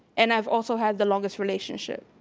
and i've also had the longest relationship.